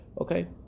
Okay